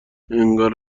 انگار